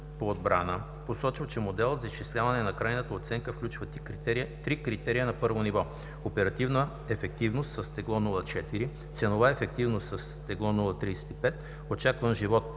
отбрана посочва, че моделът за изчисляване на крайната оценка включва три критерия на първо ниво: 1. Оперативна ефективност, с тегло 0.4; 2. Ценова ефективност, с тегло 0.35; 3. Очакван живот